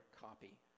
copy